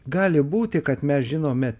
gali būti kad mes žinome